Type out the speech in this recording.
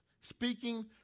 speaking